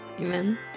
Amen